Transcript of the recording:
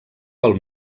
pel